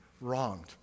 wronged